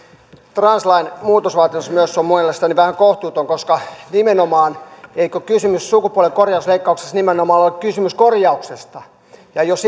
translain muutosvaatimus on mielestäni vähän kohtuuton koska eikö sukupuolenkorjausleikkauksessa ole kysymys nimenomaan korjauksesta jos